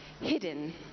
hidden